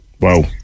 Wow